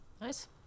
Nice